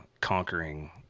conquering